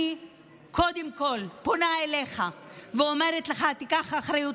אני קודם כול פונה אליך ואומרת לך: תיקח אחריות.